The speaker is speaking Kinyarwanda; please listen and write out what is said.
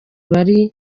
barimo